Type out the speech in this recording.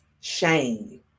shame